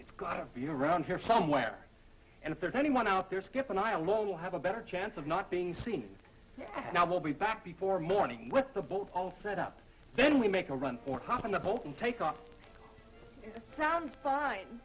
it's gonna be around here somewhere and if there's anyone out there skip and i alone will have a better chance of not being seen and i will be back before morning with the boat all set up then we make a run for hop on the boat and take off sounds f